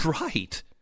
right